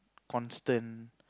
constant